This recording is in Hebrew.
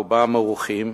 רובן מעוכות,